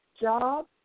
job